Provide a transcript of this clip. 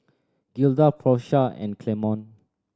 Gilda Porsha and Clemon